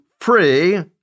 free